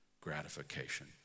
gratification